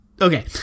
Okay